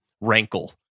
rankle